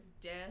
death